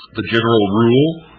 the general rule